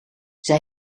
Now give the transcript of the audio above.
zij